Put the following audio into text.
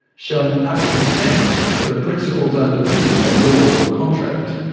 showing utter contempt for the principles underpinning the law of contract.